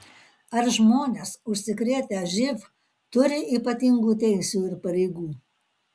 ar žmonės užsikrėtę živ turi ypatingų teisių ir pareigų